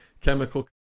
chemical